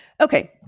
Okay